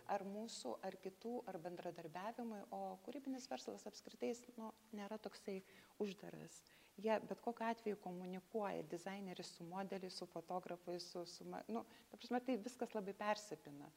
ar mūsų ar kitų ar bendradarbiavimui o kūrybinis verslas apskritai jis nu nėra toksai uždaras jie bet kokiu atveju komunikuoja dizaineris su modeliais su fotografais su su ma nu ta prasme tai viskas labai persipina